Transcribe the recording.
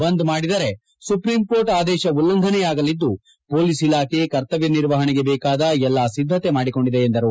ಬಂದ್ ಮಾಡಿದರೆ ಸುಪ್ರೀಂಕೋರ್ಟ್ ಆದೇಶ ಉಲ್ಲಂಘನೆಯಾಗಲ್ಲಿದ್ದು ಮೊಲೀಸ್ ಇಲಾಖೆ ಕರ್ತವ್ಕ ನಿರ್ವಹಣೆಗೆ ಬೇಕಾದ ಎಲ್ಲಾ ಸಿದ್ಧಕೆ ಮಾಡಿಕೊಂಡಿದೆ ಎಂದರು